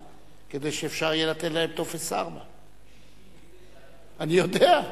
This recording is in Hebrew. כדי שאפשר יהיה לתת להם טופס 4. אני יודע,